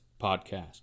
Podcast